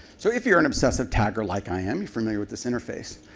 so if you're an obsessive tagger like i am, you're familiar with this interface.